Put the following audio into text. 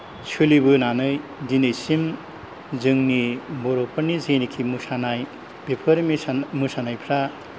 सोलिबोनानै दिनैसिम जोंनि बर'फोरनि जेनोखि मोसानाय बेफोर मेसान मोसानायफ्रा